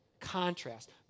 Contrast